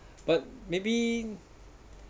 but maybe